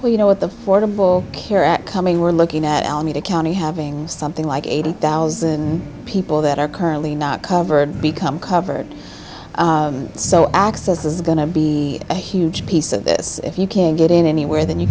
where you know what the fordable care act coming we're looking at alameda county having something like eighty thousand people that are currently not covered become covered so access is going to be a huge piece of this if you can't get in anywhere then you